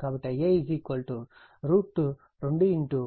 కాబట్టి Ia 2